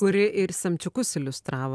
kuri ir semčiukus iliustravo